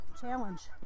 Challenge